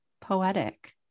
poetic